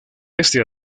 este